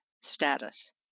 status